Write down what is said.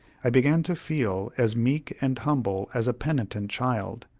i began to feel as meek and humble as a penitent child.